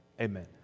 Amen